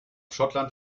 schottland